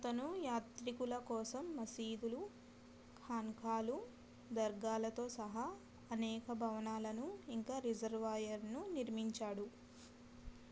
అతను యాత్రికుల కోసం మసీదులు ఖాన్ఖాలు దర్గాలతో సహా అనేక భవనాలను ఇంకా రిజర్వాయర్ను నిర్మించాడు